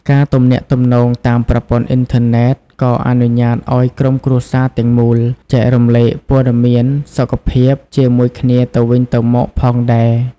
ការទំនាក់ទំនងតាមប្រព័ន្ធអ៊ីនធើណេតក៏អនុញ្ញាតិឱ្យក្រុមគ្រួសារទាំងមូលចែករំលែកព័ត៌មានសុខភាពជាមួយគ្នាទៅវិញទៅមកផងដែរ។